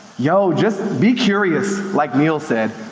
yo just be curious like neil said.